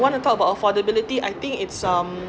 want to talk about affordability I think it's um